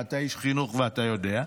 ואתה איש חינוך ואתה יודע.